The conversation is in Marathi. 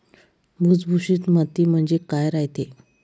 भुसभुशीत माती म्हणजे काय रायते?